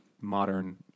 modern